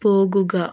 പോകുക